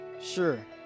Sure